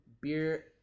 beer